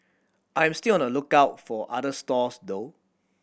I'm still on the lookout for other stalls though